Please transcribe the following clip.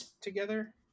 together